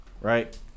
right